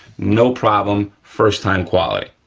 no problem, first time quality.